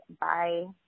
Bye